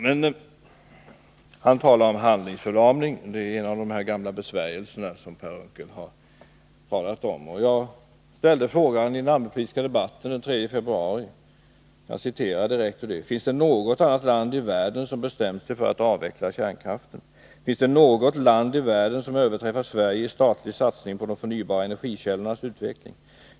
Lennart Pettersson talade om handlingsförlamning, och det är en av de gamla käpphästar som också Per Unckel har varit inne på. Jag vill bemöta det genom att upprepa de frågor jag ställde i den allmänpolitiska debatten den 3 februari: ”Finns det något annat land i världen som bestämt sig för att avveckla kärnkraften? Finns det något land i världen som överträffar Sverige i statlig satsning på de förnybara energikällornas utveckling?